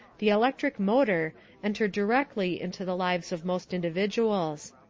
the electric motor enter directly into the lives of most individuals.